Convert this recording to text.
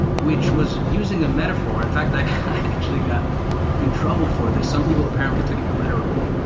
which was using a metaphor. in fact, i actually got in trouble for this. some people apparently took it literally,